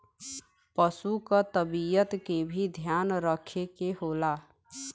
पसु क तबियत के भी ध्यान रखे के होला